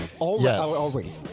already